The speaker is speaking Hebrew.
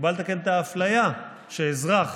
הוא בא לתקן את האפליה, שאזרח